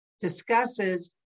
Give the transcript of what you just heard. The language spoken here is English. discusses